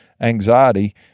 anxiety